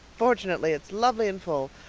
fortunately it's lovely and full.